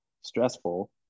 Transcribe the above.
stressful